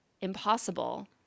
impossible